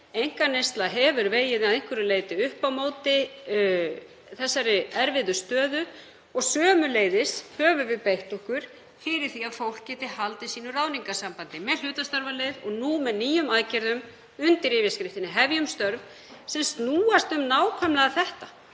Einkaneysla hefur að einhverju leyti vegið upp á móti þessari erfiðu stöðu og sömuleiðis höfum við beitt okkur fyrir því að fólk geti haldið sínu ráðningarsambandi með hlutastarfaleið og nú með nýjum aðgerðum undir yfirskriftinni Hefjum störf, sem snúast um nákvæmlega þetta,